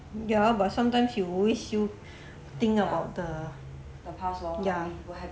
ya but sometimes you'll always still think about the ya